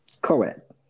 Correct